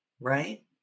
right